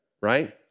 right